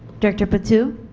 director patu